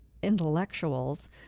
intellectuals